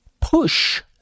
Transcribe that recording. push